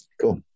Cool